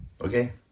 Okay